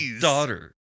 daughter